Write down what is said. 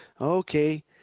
Okay